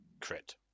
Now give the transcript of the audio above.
crit